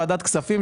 ועדת הכספים,